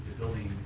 building